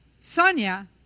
Sonia